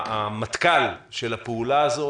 המטכ"ל של הפעולה הזו